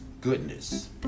goodness